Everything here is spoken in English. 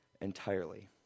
entirely